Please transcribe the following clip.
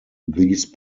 these